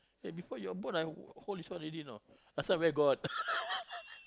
eh before you are born I hold this one already know i say where got